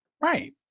Right